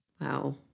Wow